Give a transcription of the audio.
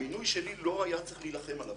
המינוי שלי, לא היה צריך להילחם עליו,